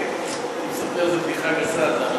אני מספר איזה בדיחה גסה.